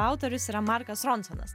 autorius yra markas ronsonas